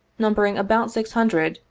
numbering about six hundred,